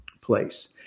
place